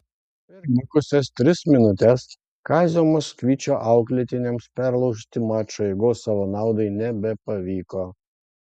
per likusias tris minutes kazio maksvyčio auklėtiniams perlaužti mačo eigos savo naudai nebepavyko